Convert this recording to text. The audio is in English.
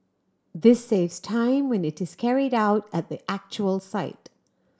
this saves time when it is carried out at the actual site